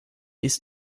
ist